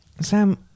Sam